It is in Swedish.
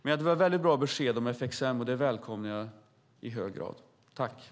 Det var ett mycket bra besked om FXM, vilket jag i hög grad välkomnar.